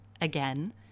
Again